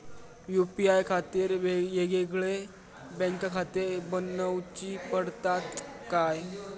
UPI खातीर येगयेगळे बँकखाते बनऊची पडतात काय?